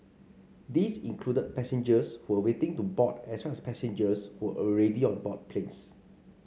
these included passengers who were waiting to board as well as passengers who were already on board planes